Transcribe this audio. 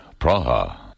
Praha